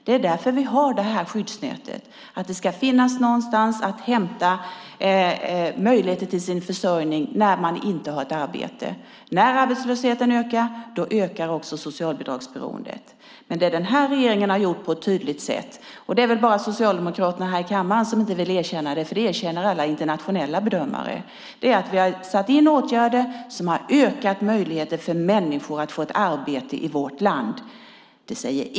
Det är därför vi har det här skyddsnätet. Det ska finnas någonstans att hämta möjligheter till sin försörjning när man inte har ett arbete. När arbetslösheten ökar ökar också socialbidragsberoendet. Det är väl bara Socialdemokraterna här i kammaren som inte vill erkänna - det erkänner alla internationella bedömare - att vi har satt in åtgärder som har ökat möjligheterna för människor att få ett arbete i vårt land.